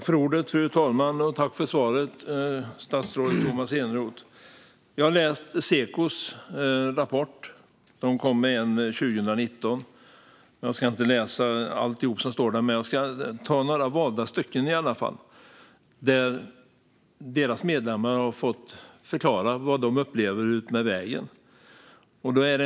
Fru talman! Tack för svaret, statsrådet Tomas Eneroth! Jag har läst Sekos rapport som kom 2019. Jag ska inte läsa allt som står där, men jag ska ta några valda stycken där deras medlemmar har fått förklara vad de upplever utmed vägen.